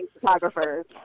photographers